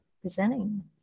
presenting